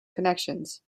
connections